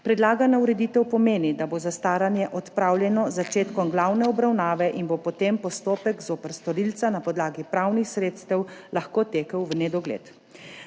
Predlagana ureditev pomeni, da bo zastaranje odpravljeno z začetkom glavne obravnave in bo potem postopek zoper storilca na podlagi pravnih sredstev lahko tekel v nedogled.